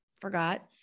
forgot